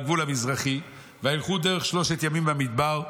מלחמות רבות עם הגויים וייחתו הגויים מפניו.